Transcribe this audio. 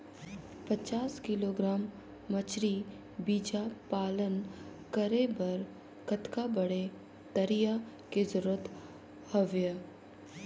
पचास किलोग्राम मछरी बीजा पालन करे बर कतका बड़े तरिया के जरूरत हवय?